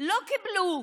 לא קיבלו